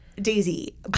Daisy